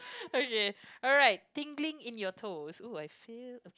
okay alright tingling in your toes oh I feel